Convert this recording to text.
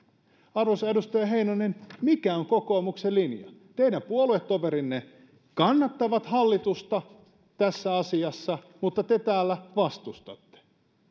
arvoisa edustaja heinonen mikä on kokoomuksen linja teidän puoluetoverinne kannattavat hallitusta tässä asiassa mutta te täällä vastustatte